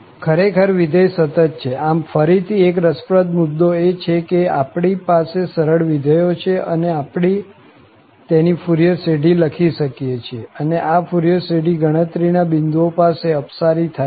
ખરેખર વિધેય સતત છે આમ ફરી થી એક રસપ્રદ મુદ્દો એ કે આપણી પાસે સરળ વિધેયો છે અને આપણે તેની ફુરિયર શ્રેઢી લખી શકીએ છીએ અને આ ફુરિયર શ્રેઢી ગણતરી ના બિંદુઓ પાસે અપસારી થાય છે